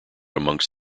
amongst